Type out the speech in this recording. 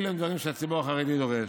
אלה דברים שהציבור החרדי דורש.